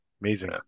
Amazing